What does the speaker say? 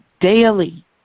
daily